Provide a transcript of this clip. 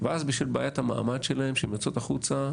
ואז בשביל בעיית המעמד שלהן שהן יוצאות החוצה,